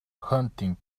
hunting